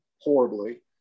horribly